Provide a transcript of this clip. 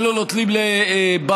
ולא נותנים במה,